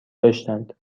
داشتند